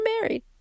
married